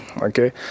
okay